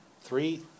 Three